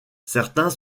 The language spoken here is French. certains